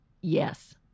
Yes